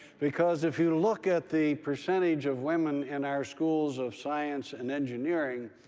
because if you look at the percentage of women in our schools of science and engineering,